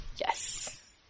Yes